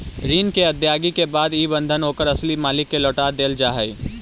ऋण के अदायगी के बाद इ बंधन ओकर असली मालिक के लौटा देल जा हई